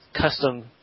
custom